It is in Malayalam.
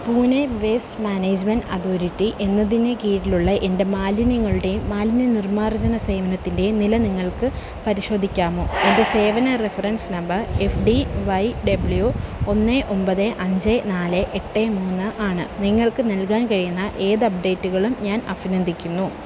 പൂനെ വേസ്റ്റ് മാനേജ്മെൻറ്റ് അതോരിറ്റി എന്നതിനു കീഴിലുള്ള എൻ്റെ മാലിന്യങ്ങളുടേയും മാലിന്യനിർമ്മാർജ്ജന സേവനത്തിന്റേയും നില നിങ്ങൾക്ക് പരിശോധിക്കാമോ എൻ്റെ സേവന reference number F D Y W ഒന്ന് ഒമ്പത് അഞ്ച് നാല് എട്ട് മൂന്ന് ആണ് നിങ്ങൾക്ക് നൽകാൻ കഴിയുന്ന ഏതപ്ഡേറ്റുകളും ഞാൻ അഭിനന്ദിക്കുന്നു